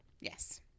yes